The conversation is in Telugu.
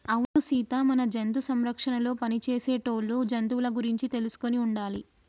అవును సీత మన జంతు సంరక్షణలో పని చేసేటోళ్ళు జంతువుల గురించి తెలుసుకొని ఉండాలి